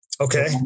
Okay